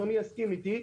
אדוני יסכים איתי,